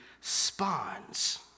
spawns